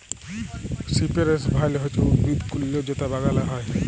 সিপেরেস ভাইল হছে উদ্ভিদ কুল্জলতা বাগালে হ্যয়